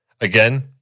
Again